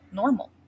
normal